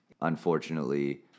Unfortunately